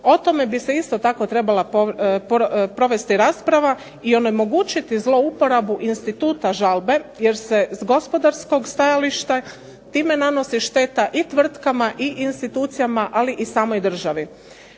O tome bi se isto tako trebala provesti rasprava i onemogućiti zlouporabu instituta žalbe jer se s gospodarskog stajališta time nanosi šteta i tvrtkama i institucijama ali i samoj državi.